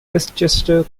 westchester